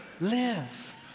live